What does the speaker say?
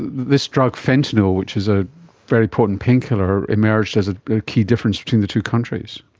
this drug fentanyl, which is a very potent painkiller, emerged as a key difference between the two countries.